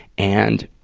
and,